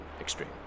extreme